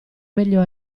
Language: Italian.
meglio